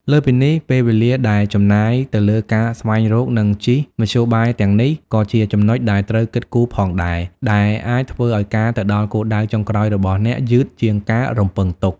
លើសពីនេះ ពេលវេលាដែលចំណាយទៅលើការស្វែងរក និងជិះមធ្យោបាយទាំងនេះ ក៏ជាចំណុចដែលត្រូវគិតគូរផងដែរ ដែលអាចធ្វើឱ្យការទៅដល់គោលដៅចុងក្រោយរបស់អ្នកយឺតជាងការរំពឹងទុក។